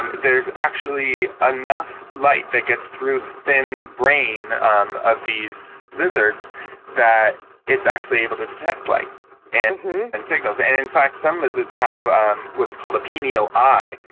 and there's enough light that gets through the thin brain um of these lizards that it's actually able to detect light and and signals. and in fact, some lizards have um what's called a penial eye,